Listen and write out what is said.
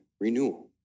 renewal